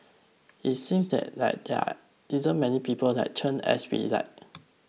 it seems that like there isn't many people like Chen as we'd like